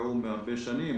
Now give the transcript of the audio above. שנקבעו לפני הרבה שנים.